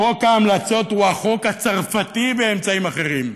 חוק ההמלצות הוא החוק הצרפתי באמצעים אחרים.